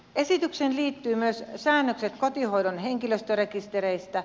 esitykseen liittyy myös säännökset kotihoidon henkilöstörekistereistä